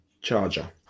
charger